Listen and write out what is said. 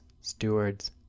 stewards